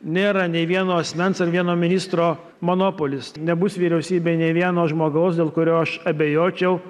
nėra nei vieno asmens ar vieno ministro monopolis nebus vyriausybėj nei vieno žmogaus dėl kurio aš abejočiau